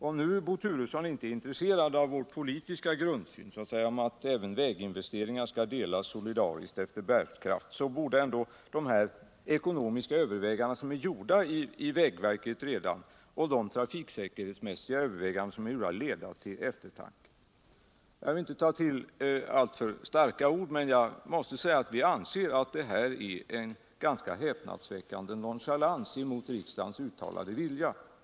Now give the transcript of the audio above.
Om nu Bo Turesson inte är intresserad av vår politiska grundsyn, dvs. att även väginvesteringarna skall delas solidariskt efter bärkraft, borde ändå de ekonomiska överväganden som gjorts i vägverket och även de trafiksäkerhetsmässiga övervägandena leda till eftertanke. Jag vill inte ta till alltför starka ord, men jag måste säga att vi anser att detta tilltag innebär en ganska häpnadsväckande nonchalans mot riksdagens uttalade vilja.